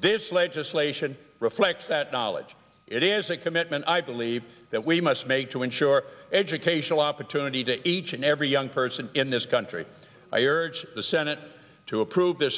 this legislation reflects that knowledge it is a commitment i believe that we must make to ensure educational opportunity to each and every young person in this country i urge the senate to approve this